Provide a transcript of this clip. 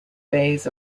bays